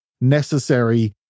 necessary